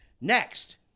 Next